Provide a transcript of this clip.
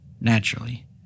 naturally